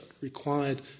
required